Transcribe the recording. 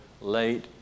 late